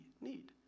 need